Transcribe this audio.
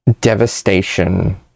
devastation